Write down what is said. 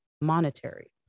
monetary